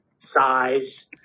size